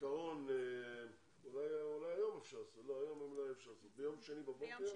ביום שני בבוקר.